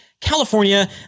California